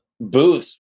booths